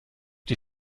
die